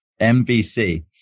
MVC